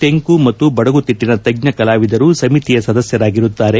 ತೆಂಕು ಮತ್ತು ಬಡಗು ತಿಟ್ಟನ ತಜ್ಜ ಕಲಾವಿದರು ಸಮಿತಿಯ ಸದಸ್ಟರಾಗಿರುತ್ತಾರೆ